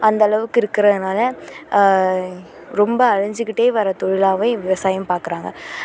அந்த அளவுக்கு இருக்கிறதுனால ரொம்ப அழிஞ்சுக்கிட்டே வர்ற தொழிலாகவே விவசாயம் பார்க்குறாங்க